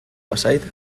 bazait